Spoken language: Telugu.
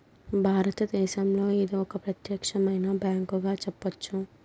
భారతదేశంలో ఇది ఒక ప్రత్యేకమైన బ్యాంకుగా చెప్పొచ్చు